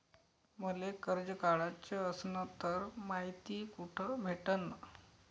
मले कर्ज काढाच असनं तर मायती कुठ भेटनं?